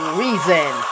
reason